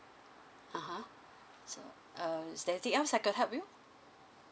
(uh huh) so err is there anything else I could help you